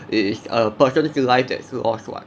it is a person's life that is lost [what]